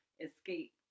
escape